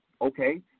okay